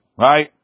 Right